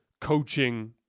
coaching